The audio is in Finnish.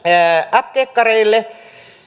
apteekkareille